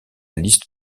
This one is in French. liste